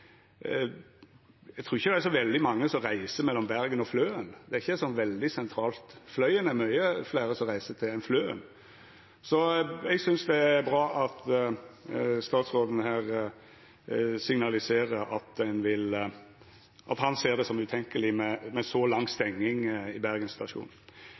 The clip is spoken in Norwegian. så veldig mange som reiser mellom Bergen og Fløen. Det er ikkje så veldig sentralt. Fløyen er det mange fleire som reiser til, enn til Fløen. Så eg synest det er bra at statsråden signaliserer at han ser det som utenkjeleg med så lang stenging av Bergen stasjon.